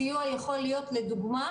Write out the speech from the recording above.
הסיוע יכול להיות לדוגמה,